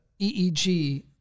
EEG